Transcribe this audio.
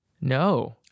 No